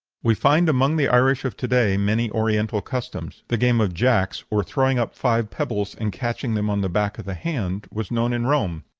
we find among the irish of to-day many oriental customs. the game of jacks, or throwing up five pebbles and catching them on the back of the hand, was known in rome.